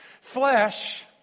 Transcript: Flesh